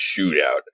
shootout